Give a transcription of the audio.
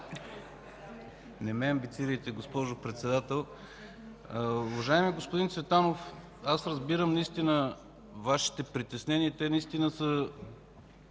Не ме амбицирайте, госпожо Председател. Уважаеми господин Цветанов, разбирам Вашите притеснения и те наистина са